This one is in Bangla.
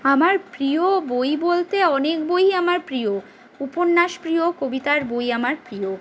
আমার প্রিয় বই বলতে অনেক বই ই আমার প্রিয় উপন্যাস প্রিয় কবিতার বই আমার প্রিয়